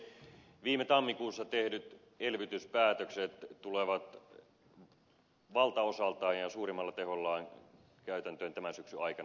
viime tammikuussa tehdyt elvytyspäätökset tulevat valtaosaltaan ja suurimmalla tehollaan käytäntöön tämän syksyn aikana